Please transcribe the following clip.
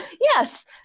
Yes